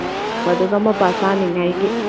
ꯍꯜꯂꯛꯄꯗꯨꯒ ꯃꯄꯥ ꯆꯥꯅꯤꯉꯥꯏꯒꯤ